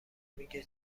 میگه